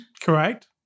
Correct